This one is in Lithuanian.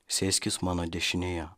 sėskis mano dešinėje